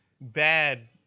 bad